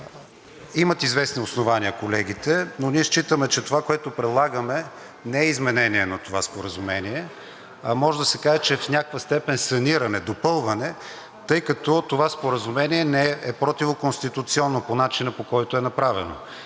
имат известни основания колегите, но ние считаме, че това, което предлагаме, не е изменение на това споразумение, а може да се каже в някаква степен саниране, допълване, тъй като това споразумение е противоконституционно по начина, по който е направено.